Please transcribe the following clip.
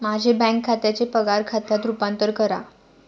माझे बँक खात्याचे पगार खात्यात रूपांतर करा